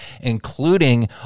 including